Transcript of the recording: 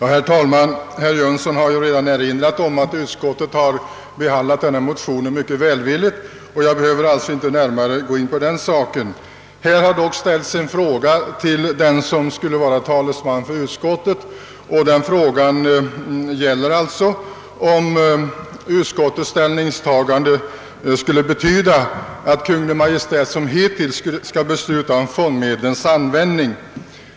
Herr talman! Herr Jönsson i Ingemarsgården har redan påpekat att utskottet har behandlat denna motion mycket välvilligt. Jag behöver alltså inte närmare gå in på den saken. Här har emellertid ställts en fråga till utskottets talesman. Frågan gäller om utskottets ställningstagande skulle betyda, att Kungl. Maj:t som hittills skall besluta om fondmedlens användning.